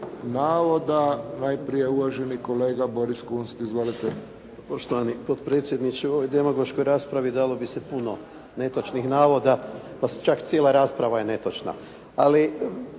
navoda. Najprije uvaženi kolega Boris Kunst. Izvolite. **Kunst, Boris (HDZ)** Poštovani potpredsjedniče u ovoj demagoškoj raspravi dalo bi se puno netočnih navoda pa čak cijela rasprava je netočna. Ali